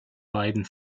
beiden